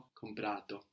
comprato